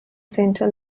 centre